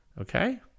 Okay